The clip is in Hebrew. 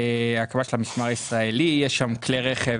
שקלים,